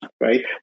right